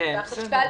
והחשכ"ל